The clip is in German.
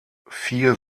vier